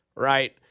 Right